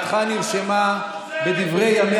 אני קובע שהסתייגות מס' 2, לסעיף 1,